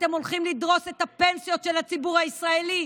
אתם הולכים לדרוס את הפנסיות של הציבור הישראלי,